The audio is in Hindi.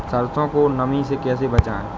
सरसो को नमी से कैसे बचाएं?